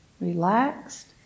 relaxed